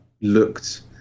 looked